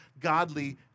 godly